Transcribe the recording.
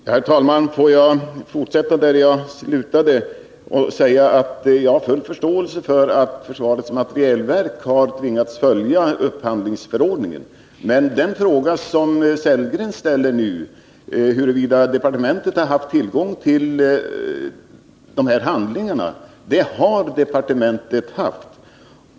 Herr talman! Låt mig fortsätta där jag slutade och säga att jag har full förståelse för att försvarets materielverk har tvingats följa upphandlingsförordningen. Jag vill sedan anknyta till den fråga som Rolf Sellgren ställde och som gällde huruvida departementet har haft tillgång till de här handlingarna. Det har departementet haft.